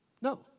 No